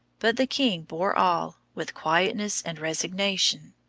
but the king bore all with quietness and resignation.